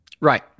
Right